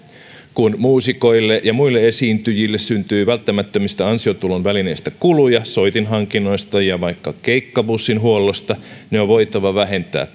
kun muusikoille ja muille esiintyjille syntyy välttämättömistä ansiotulon välineistä kuluja soitinhankinnoista ja vaikka keikkabussin huollosta ne on voitava vähentää